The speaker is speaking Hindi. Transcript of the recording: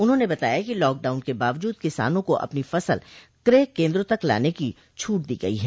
उन्होंने बताया कि लॉकडाउन के बावजूद किसानों को अपनी फसल क्रय केन्द्रों तक लाने की छूट दी गई है